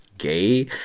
gay